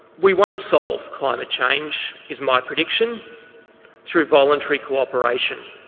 we won't solve climate change is my prediction through voluntary co-operation.